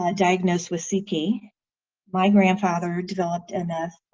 ah diagnosed with cp my grandfather developed. and